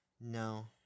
No